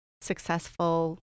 successful